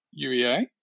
UEA